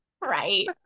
Right